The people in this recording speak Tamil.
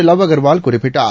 லவ் அகர்வால் குறிப்பிட்டார்